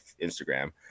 Instagram